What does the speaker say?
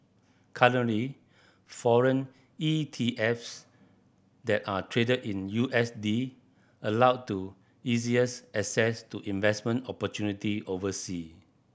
currently foreign ETFs that are traded in U S D allow to easiest access to investment opportunities oversea